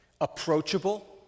approachable